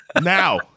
Now